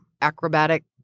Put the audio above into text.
acrobatic